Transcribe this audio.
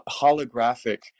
holographic